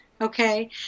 Okay